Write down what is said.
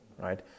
right